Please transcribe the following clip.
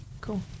Cool